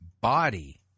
body